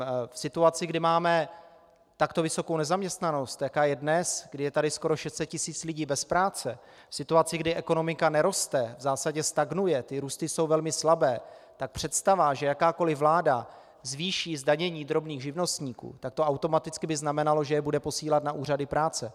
V situaci, kdy máme takto vysokou nezaměstnanost, jaká je dnes, kdy je tady skoro 600 tisíc lidí bez práce, v situaci, kdy ekonomika neroste, v zásadě stagnuje, ty růsty jsou velmi slabé, tak představa, že jakákoliv vláda zvýší zdanění drobných živnostníků, to by automaticky znamenalo, že je bude posílat na úřady práce.